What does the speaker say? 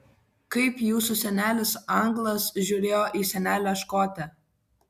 kaip jūsų senelis anglas žiūrėjo į senelę škotę